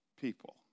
people